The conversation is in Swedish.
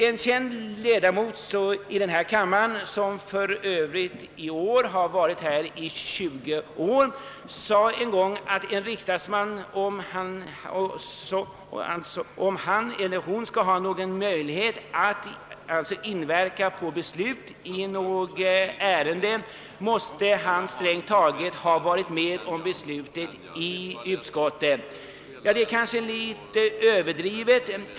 En känd ledamot, som för övrigt nu tillhört denna kammare i 20 år, sade en gång att en riksdagsman, om han eller hon skall ha någon möjlighet att inverka på ett beslut i något ärende, strängt taget måste ha varit med om beslutet i utskottet. Det kanske är litet överdrivet.